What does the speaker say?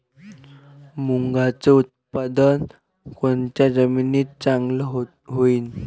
मुंगाचं उत्पादन कोनच्या जमीनीत चांगलं होईन?